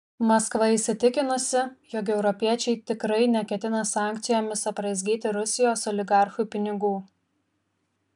maskva įsitikinusi jog europiečiai tikrai neketina sankcijomis apraizgyti rusijos oligarchų pinigų